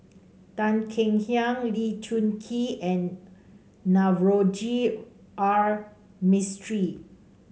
Tan Kek Hiang Lee Choon Kee and Navroji R Mistri